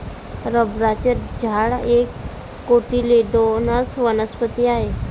रबराचे झाड एक कोटिलेडोनस वनस्पती आहे